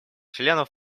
членов